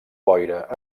boira